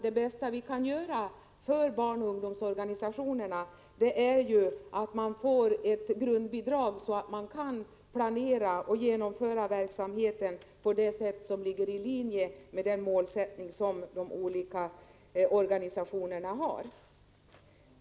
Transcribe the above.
Det bästa vi kan göra för barnoch ungdomsorganisationerna är att ge dem ett grundbidrag så att de kan planera och genomföra verksamheten på ett sätt som ligger i linje med den målsättning som de olika organisationerna har.